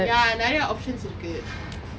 ya நிறைய:niraiya options இருக்கு:irukku